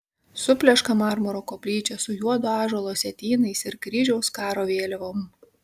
supleška marmuro koplyčia su juodo ąžuolo sietynais ir kryžiaus karo vėliavom